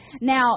Now